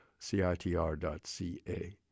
CITR.ca